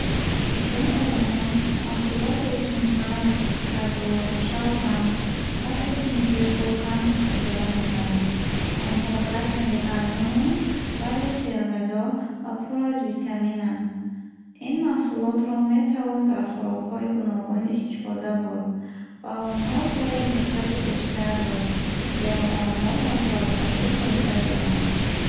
Бисёр одамон маҳсулоте чун наск, каду, шалғам ва тухми зиркро кам истифода мебаранд. Онҳо гарчанде арзонанд, вале серғизо ва пур аз витаминанд. Ин маҳсулотро метавон дар хӯрокҳои гуногун истифода бурд. Ба онҳо бояд диққати бештар дод, зеро онҳо ба саломатӣ фоида доранд.